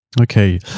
Okay